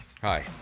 Hi